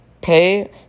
Pay